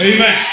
Amen